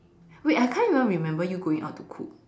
wait I can't even remember you going out to cook